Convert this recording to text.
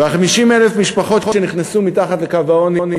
ו-50,000 המשפחות שנכנסו מתחת לקו העוני